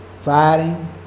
fighting